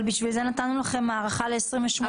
אבל בשביל זה נתנו לכם הארכה ל-28 יום.